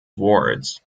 wards